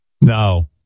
No